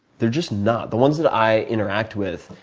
they're just not. the ones that i interact with,